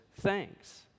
thanks